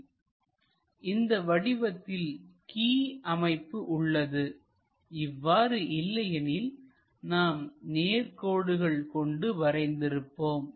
இந்த வடிவத்தில் கி அமைப்பு உள்ளது இவ்வாறு இல்லை எனில்நாம் நேர் கோடுகள் கொண்டு வரைந்து இருப்போம்